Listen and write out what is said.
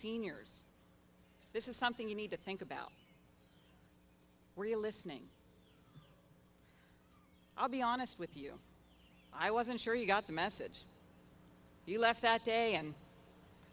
seniors this is something you need to think about were you listening i'll be honest with you i wasn't sure you got the message you left that day and